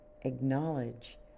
Acknowledge